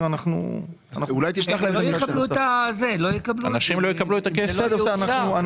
הם לא יקבלו את הכסף אם זה לא יאושר.